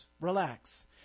Relax